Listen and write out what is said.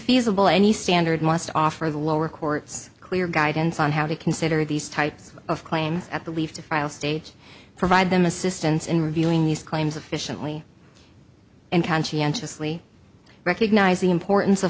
feasible any standard must offer the lower court's clear guidance on how to consider these types of claims at the leave to file stage provide them assistance in reviewing these claims officially and conscientiously recognize the importance of